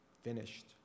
finished